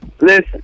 Listen